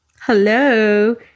hello